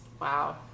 wow